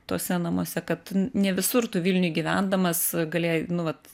tuose namuose kad ne visur tu vilniuj gyvendamas galėjai nu vat